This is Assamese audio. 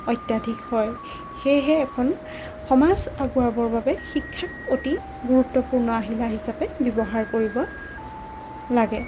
অত্যাধিক হয় সেয়েহে এখন সমাজ আগুৱাবৰ বাবে শিক্ষাক অতি গুৰুত্বপূৰ্ণ আহিলা হিচাপে ব্যৱহাৰ কৰিব লাগে